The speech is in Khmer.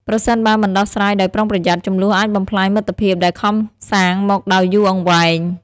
ប្រសិនបើមិនដោះស្រាយដោយប្រុងប្រយ័ត្ន ជម្លោះអាចបំផ្លាញមិត្តភាពដែលខំសាងមកដោយយូរអង្វែង ។